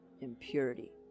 Impurity